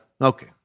Okay